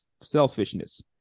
selfishness